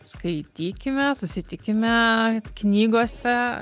skaitykime susitikime knygose